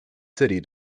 city